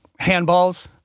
handballs